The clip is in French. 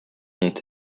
ont